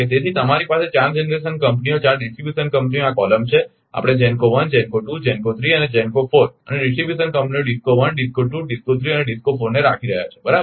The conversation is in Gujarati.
તેથી તમારી પાસે 4 જનરેશન કંપનીઓ 4 ડિસ્ટ્રીબ્યુશન કંપનીઓ આ કોલમ છે આપણે GENCO 1 GENCO 2 GENCO 3 અને GENCO 4 અને ડિસ્ટ્રીબ્યુશન કંપનીઓ DISCO 1 DISCO 2 DISCO 3 અને DISCO 4 ને રાખી રહ્યા છીએ બરાબર